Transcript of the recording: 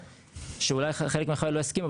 אולי גם חלק מחבריי לא יסכימו,